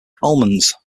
almonds